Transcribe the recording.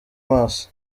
maso